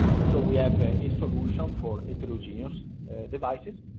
so we have ah a solution for heterogeneous devices.